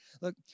look